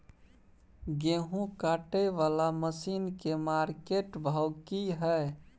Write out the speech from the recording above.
गेहूं काटय वाला मसीन के मार्केट भाव की हय?